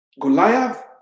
Goliath